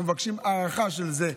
אנחנו מבקשים הארכה של זה,